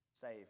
save